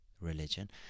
religion